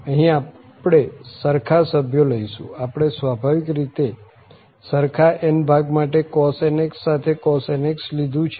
અહીં આપણે સરખા સભ્યો લઈશું આપણે સ્વાભાવિક રીતે સરખા n ભાગ માટે cos nx સાથે cos nx લીધું છે